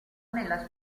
nella